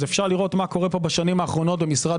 אפשר לראות שבשנים האחרונות במשרד